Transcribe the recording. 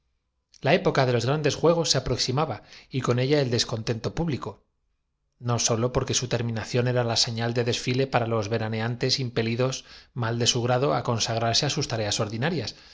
que época de los grandes juegos se aproximaba y con ella desbordando de las termas de la basílica de los temel descontento público no sólo porque su terminación los de júpiter y hércules de las tiendas de la avenida era la señal de desfile para los veraneantes impelidos de la abundancia y de los tugurios de la calle de la mal de su grado á consagrarse á sus tareas ordinarias